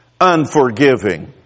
unforgiving